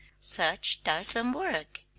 such tiresome work!